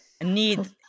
need